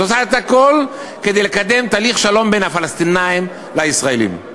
את עושה הכול כדי לקדם תהליך שלום בין הפלסטינים לישראלים.